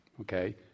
okay